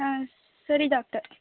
ಹಾಂ ಸರಿ ಡಾಕ್ಟರ್